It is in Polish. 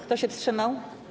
Kto się wstrzymał?